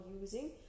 using